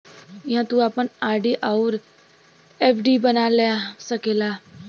इहाँ तू आपन आर.डी अउर एफ.डी बना सकेला